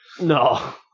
No